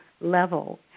level